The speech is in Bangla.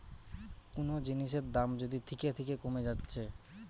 কুনো জিনিসের দাম যদি থিকে থিকে কোমে যাচ্ছে